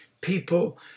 people